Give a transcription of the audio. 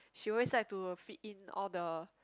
she always likes to fit in all the